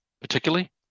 particularly